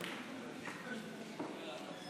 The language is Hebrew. היושבת-ראש,